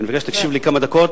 אני מבקש שתקשיב לי כמה דקות,